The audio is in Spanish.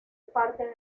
parte